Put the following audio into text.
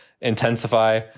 intensify